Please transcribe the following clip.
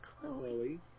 Chloe